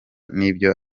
n’ibyo